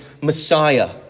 Messiah